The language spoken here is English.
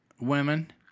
women